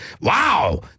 wow